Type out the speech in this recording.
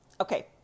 Okay